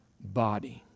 body